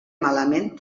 malament